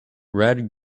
red